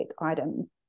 item